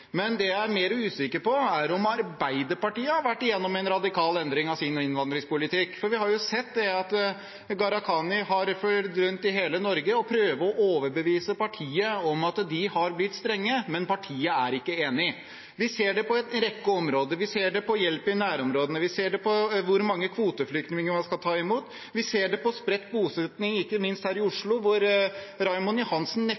Men det jeg er mer usikker på, er om Arbeiderpartiet har vært gjennom en radikal endring av sin innvandringspolitikk, for vi har jo sett at Gharahkhani har vært rundt i hele Norge og prøvd å overbevise partiet om at de har blitt strenge, men partiet er ikke enig. Vi ser det på en rekke områder, vi ser det på hjelp i nærområdene, vi ser det på hvor mange kvoteflyktninger man skal ta imot, vi ser det på spredt bosetning, ikke minst her i